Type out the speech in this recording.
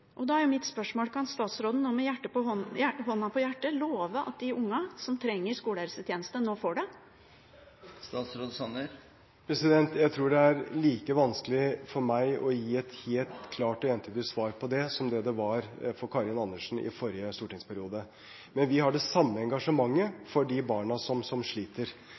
og da er mitt spørsmål: Kan statsråden med hånda på hjertet love at de ungene som trenger skolehelsetjeneste, nå får det? Jeg tror det er like vanskelig for meg å gi et helt klart og entydig svar på det som det det var for Karin Andersen i forrige stortingsperiode. Men vi har det samme engasjementet for de barna som sliter,